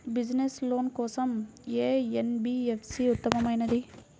Business loan కోసం ఏ NBFC ఉత్తమమైనది?